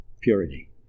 purity